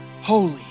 holy